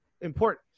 important